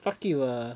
fuck you ah